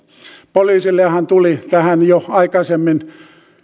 poliisillehan tuli tähän jo aikaisemmin